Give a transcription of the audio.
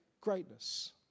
greatness